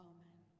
Amen